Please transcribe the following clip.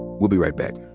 we'll be right back.